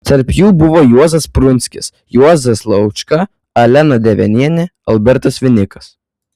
tarp jų buvo juozas prunskis juozas laučka alena devenienė albertas vinikas